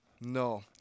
No